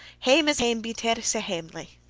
hame is hame, be t ever sae hamely.